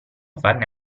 farne